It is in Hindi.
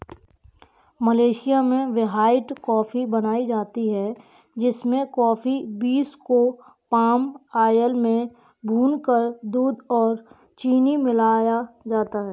मलेशिया में व्हाइट कॉफी बनाई जाती है जिसमें कॉफी बींस को पाम आयल में भूनकर दूध और चीनी मिलाया जाता है